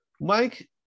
Mike